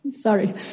Sorry